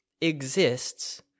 exists